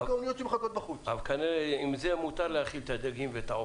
שמחכות בחוץ, זה כבר זיהום אוויר מטורף.